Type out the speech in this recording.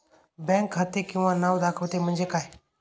Bank खाते किंवा नाव दाखवते म्हणजे काय?